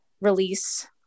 release